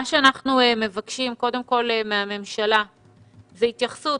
אנחנו מבקשים קודם כל מהממשלה התייחסות.